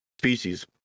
species